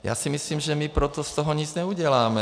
Já si myslím, že my proto z toho nic neuděláme.